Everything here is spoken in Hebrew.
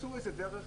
מצאו דרך,